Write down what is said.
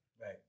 Right